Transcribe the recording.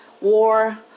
War